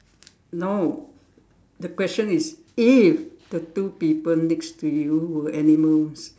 no the question is if the two people next to you were animals